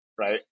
Right